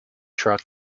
truck